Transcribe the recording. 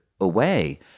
away